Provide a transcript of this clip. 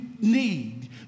need